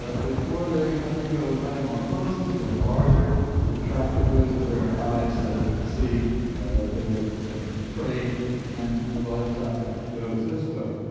ah before they undergo metamorphoseis, get larger retract the hoods of their eyes so they can see their prey and the life cycle goes this way.